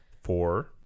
four